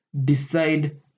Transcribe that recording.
Decide